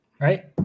right